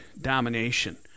domination